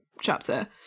chapter